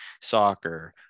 soccer